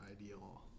ideal